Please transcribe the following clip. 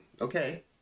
Okay